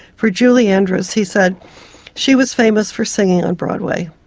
for julie andrews he said she was famous for singing on broadway.